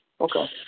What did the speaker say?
Okay